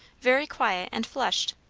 very quiet and flushed.